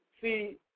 see